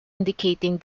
indicating